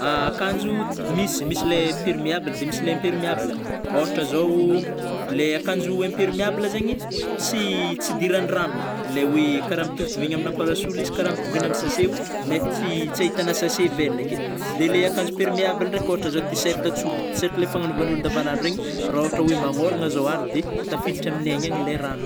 Akanjo misy - misy le permeable de misy lay impermeable a, ôhatra zao le ankanjo impermeable zegny tsy ts'idirany rano, lay oe karaha ampitovitovigny amina parasoly izy kara ampitovigny amina sase nef tsy - tsy ahitagna sase ivelagny ake, de le akanjo perméable ndraiky ôhatra zao ti-shirt tsotra, ti shirt le fagnanôvanolo andavanandro regny rah ôhatra oe magnôragna zao andro de tafiditry amin'ny aigny agny le rano.